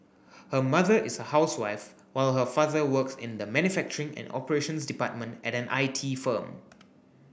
her mother is a housewife while her father works in the manufacturing and operations department at an I T firm